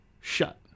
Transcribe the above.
shut